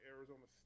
Arizona